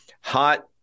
hot